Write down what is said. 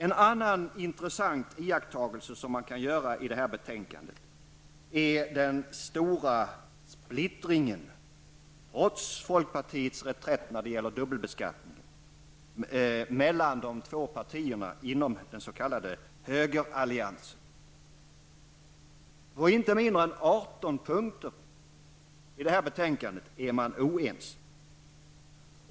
En annan intressant iakttagelse som man kan göra i detta betänkande är den stora splittringen, trots folkpartiets reträtt i fråga om dubbelbeskattningen, mellan de två partierna inom den s.k. högeralliansen. Man är oense på inte mindre än 18 punkter i detta betänkande.